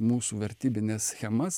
mūsų vertybines schemas